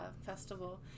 festival